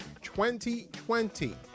2020